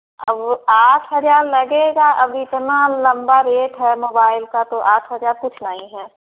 अब वह आठ हज़ार लगेगा अब इतना लम्बा रेट है मोबाइल का तो आठ हज़ार कुछ नहीं है